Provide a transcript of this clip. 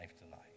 tonight